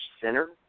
center